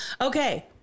Okay